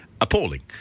appalling